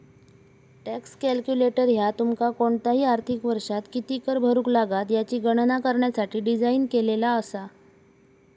tax calculator ह्या तुमका कोणताही आर्थिक वर्षात किती कर भरुक लागात याची गणना करण्यासाठी डिझाइन केलेला असा